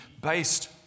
based